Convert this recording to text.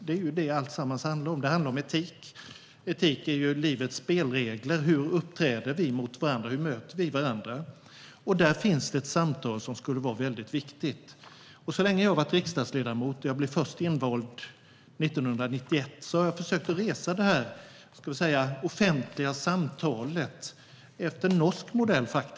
Det är ju det alltsammans handlar om. Det handlar om etik. Etik är ju livets spelregler. Hur uppträder vi mot varandra? Hur bemöter vi varandra? Däri finns ett samtal som skulle vara väldigt viktigt. Så länge jag har varit riksdagsledamot - jag blev först invald 1991 - har jag försökt väcka det här offentliga samtalet, efter norsk modell.